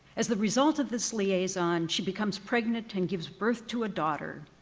as the result of this liaison, she becomes pregnant and gives birth to a daughter.